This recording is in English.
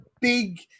big